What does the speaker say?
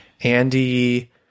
Andy